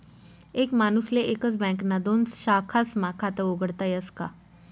एक माणूसले एकच बँकना दोन शाखास्मा खातं उघाडता यस का?